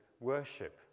worship